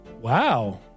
Wow